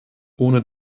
ohne